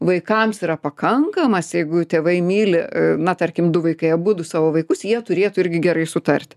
vaikams yra pakankamas jeigu tėvai myli na tarkim du vaikai abudu savo vaikus jie turėtų irgi gerai sutarti